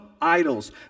idols